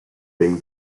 being